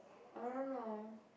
I don't know